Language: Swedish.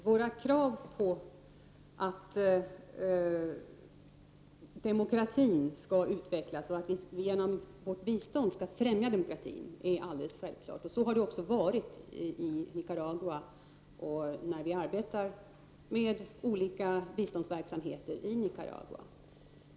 Herr talman! Våra krav på att vi genom vårt bistånd skall ffrämja demokratin är helt självklart. Så har det också varit när vi har arbetat med olika biståndsverksamheter i Nicaragua.